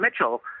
Mitchell